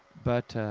but,